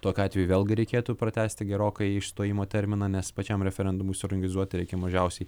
tokiu atveju vėlgi reikėtų pratęsti gerokai išstojimo terminą nes pačiam referendumui suorganizuoti reikia mažiausiai